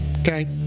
Okay